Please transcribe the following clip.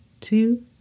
two